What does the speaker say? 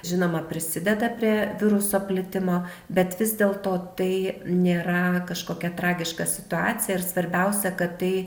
žinoma prisideda prie viruso plitimo bet vis dėlto tai nėra kažkokia tragiška situacija ir svarbiausia kad tai